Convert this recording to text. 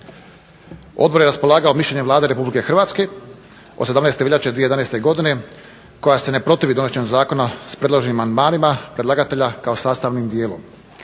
Odbor je raspolagao mišljenjem Vlade RH od 17. veljače 2011. godine koja se ne protivi donošenjem zakona s predloženim amandmanima predlagatelja kao sastavnim dijelom.